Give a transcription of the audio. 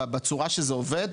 בצורה שזה עובד,